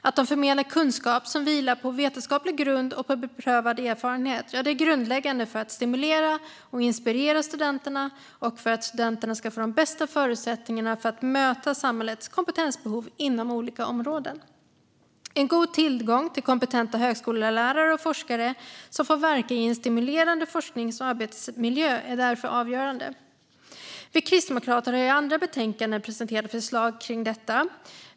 Att de förmedlar kunskap som vilar på vetenskaplig grund och beprövad erfarenhet är grundläggande för att stimulera och inspirera studenterna och för att studenterna ska få de bästa förutsättningarna för att möta samhällets kompetensbehov inom olika områden. En god tillgång till kompetenta högskolelärare och forskare som får verka i en stimulerande forsknings och arbetsmiljö är därför avgörande. Vi kristdemokrater har i andra betänkanden presenterat förslag kring detta.